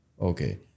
okay